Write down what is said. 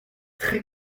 très